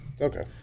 Okay